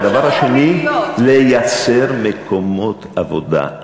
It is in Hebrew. והדבר השני, לייצר מקומות עבודה.